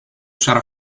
sarà